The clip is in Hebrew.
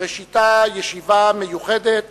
שבראשיתה ישיבה מיוחדת